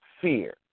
fear